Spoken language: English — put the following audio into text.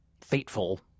fateful